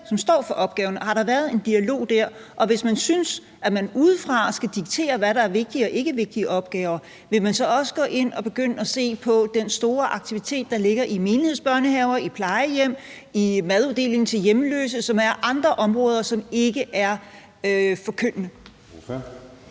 som står for opgaven? Har der været en dialog der? Og hvis man synes, at man udefra skal diktere, hvad der er vigtige og ikkevigtige opgaver, vil man så også gå ind og begynde at se på den store aktivitet, der ligger i menighedsbørnehaver, i plejehjem og i maduddeling til hjemløse, som er andre områder, som ikke er forkyndende?